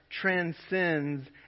transcends